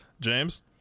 james